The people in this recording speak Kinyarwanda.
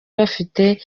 bafite